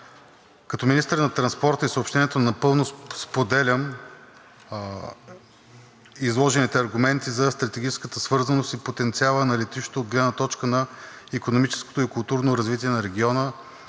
Като министър на транспорта и съобщенията напълно споделям изложените аргументи за стратегическата свързаност и потенциала на летището от гледна точка на икономическото и културно развитие на региона,